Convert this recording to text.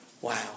Wow